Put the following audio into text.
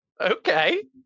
Okay